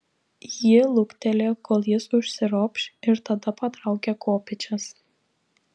ji luktelėjo kol jis užsiropš ir tada patraukė kopėčias